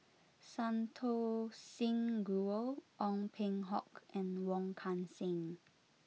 Santokh Singh Grewal Ong Peng Hock and Wong Kan Seng